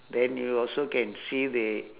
then you also can see the